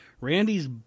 Randy's